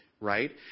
Right